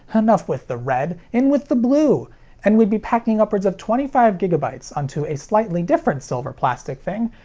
enough with the red, in with the blue and we'd be packing upwards of twenty five gigabytes onto a slightly different silver plastic thing,